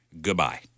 Goodbye